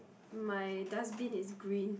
my dustbin is green